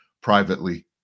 privately